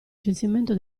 censimento